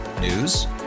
News